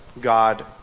God